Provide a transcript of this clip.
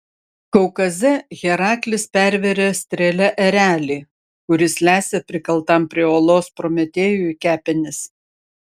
kaukaze heraklis pervėrė strėle erelį kuris lesė prikaltam prie uolos prometėjui kepenis